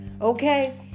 Okay